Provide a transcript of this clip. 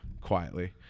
quietly